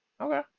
Okay